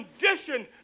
condition